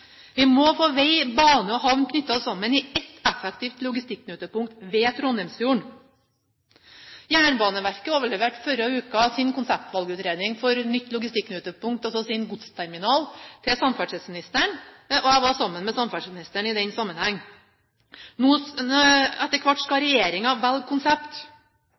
Vi må få vei, bane og havn knyttet sammen i ett effektivt logistikknutepunkt ved Trondheimsfjorden. Jernbaneverket overleverte forrige uke sin konseptvalgutredning for nytt logistikknutepunkt, sin godsterminal, til samferdselsministeren. Jeg var sammen med samferdselsministeren i den sammenheng. Etter hvert skal regjeringen velge konsept,